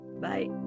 Bye